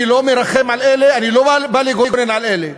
אני לא מרחם על אלה, אני לא בא לגונן על אלה.